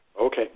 Okay